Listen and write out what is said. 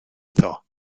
iddo